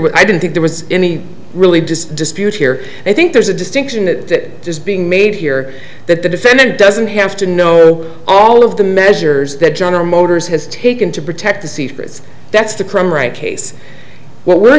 was i didn't think there was any really does dispute here i think there's a distinction that just being made here that the defendant doesn't have to know all of the measures that general motors has taken to protect the secrets that's the crime rate case what we're